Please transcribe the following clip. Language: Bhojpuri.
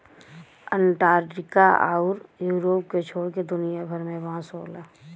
अंटार्टिका आउर यूरोप के छोड़ के दुनिया भर में बांस होला